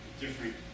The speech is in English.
different